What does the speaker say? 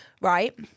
right